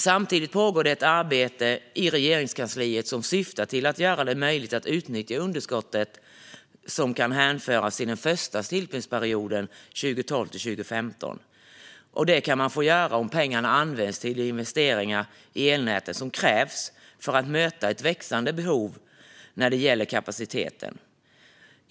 Samtidigt pågår det ett arbete i Regeringskansliet som syftar till att göra det möjligt att utnyttja det underskott som kan hänföras till den första tillsynsperioden 2012-2015. Det kan man få göra om pengarna används till de investeringar i elnäten som krävs för att möta ett växande behov av kapacitet.